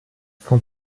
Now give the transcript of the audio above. vom